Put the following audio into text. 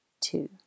two